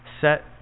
Set